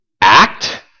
Act